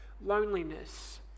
Loneliness